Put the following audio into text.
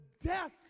death